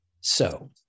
So-